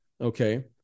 Okay